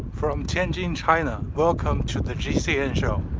from shenzhen, china, welcome to the gcn show.